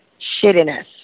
shittiness